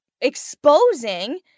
exposing